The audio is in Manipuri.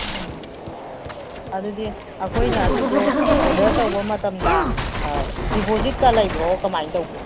ꯑꯣ ꯑꯗꯨꯗꯤ ꯑꯩꯈꯣꯏꯅ ꯑꯗꯨꯗꯣ ꯑꯣꯗꯔ ꯇꯧꯕ ꯃꯇꯝꯗ ꯗꯤꯄꯣꯖꯤꯠꯀ ꯂꯩꯕ꯭ꯔꯣ ꯀꯃꯥꯏꯅ ꯇꯧꯒꯦ